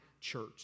church